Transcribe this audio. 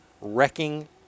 wrecking